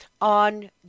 on